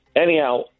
Anyhow